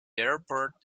airport